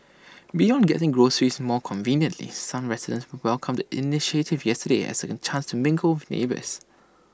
beyond getting groceries more conveniently some residents welcomed the initiative yesterday as A an chance to mingle with neighbours